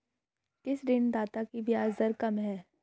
किस ऋणदाता की ब्याज दर कम है?